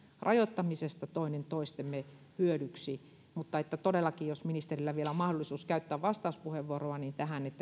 rajoittamisesta toinen toistemme hyödyksi mutta todellakin jos ministerillä vielä on mahdollisuus käyttää vastauspuheenvuoroa niin toivoisin tähän